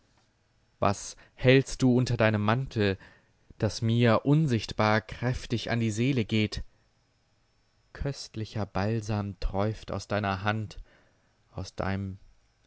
was hältst du unter deinem mantel das mir unsichtbar kräftig an die seele geht köstlicher balsam träuft aus deiner hand aus dem